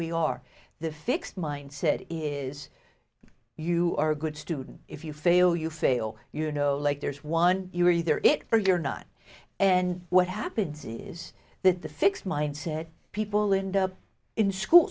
we are the fixed mindset is you are a good student if you fail you fail you know like there's one you're either it or you're not and what happens is that the fixed mindset people in the in school